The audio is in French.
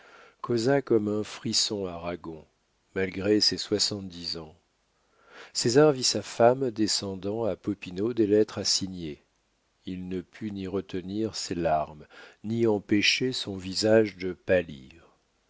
causa comme un frisson à ragon malgré ses soixante-dix ans césar vit sa femme descendant à popinot des lettres à signer il ne put ni retenir ses larmes ni empêcher son visage de pâlir